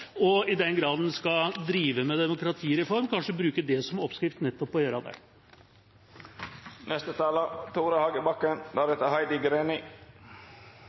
Og i den grad en skal drive med demokratireform, kanskje bruke det som oppskrift, nettopp å gjøre det.